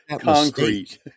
concrete